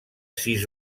sis